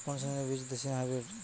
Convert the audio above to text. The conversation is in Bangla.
কোন শ্রেণীর বীজ দেশী না হাইব্রিড?